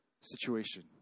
situation